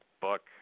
book